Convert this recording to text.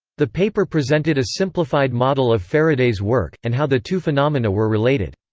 the paper presented a simplified model of faraday's work, and how the two phenomena were related.